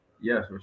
Yes